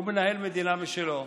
הוא מנהל מדינה משלו.